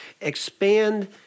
expand